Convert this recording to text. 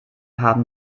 haben